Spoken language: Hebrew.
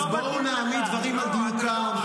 אז בואו נעמיד דברים על דיוקם.